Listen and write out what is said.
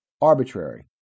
arbitrary